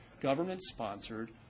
government-sponsored